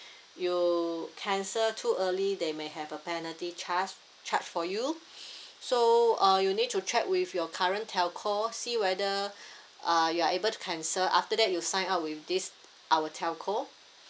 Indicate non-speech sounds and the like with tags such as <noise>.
you cancel too early they may have a penalty charge charge for you <breath> so uh you need to check with your current telco see whether <breath> uh you are able to cancel after that you sign up with this our telco